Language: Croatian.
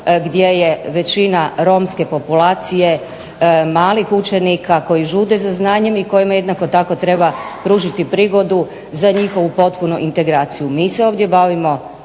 gdje je većina romske populacije, malih učenika, koji žude za znanjem i kojima treba pružiti prigodu za njihovu potpunu integraciju. Mi se ovdje bavimo